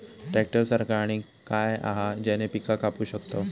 Tractor सारखा आणि काय हा ज्याने पीका कापू शकताव?